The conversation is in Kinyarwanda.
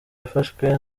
yafashwe